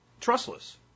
trustless